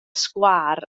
sgwâr